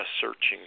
searching